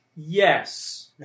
Yes